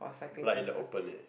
like in the open eh